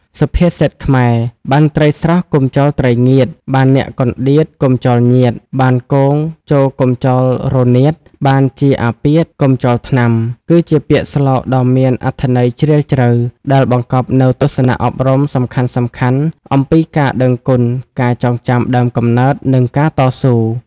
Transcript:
សុភាសិតខ្មែរ បានត្រីស្រស់ កុំចោលត្រីងៀត បានអ្នកកន្តៀត កុំចោលញាតិ បានគង ចូរកុំចោលរនាត បានជាអាពាធ កុំចោលថ្នាំ គឺជាពាក្យស្លោកដ៏មានអត្ថន័យជ្រាលជ្រៅ ដែលបង្កប់នូវទស្សនៈអប់រំសំខាន់ៗអំពីការដឹងគុណ ការចងចាំដើមកំណើត និងការតស៊ូ។